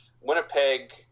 Winnipeg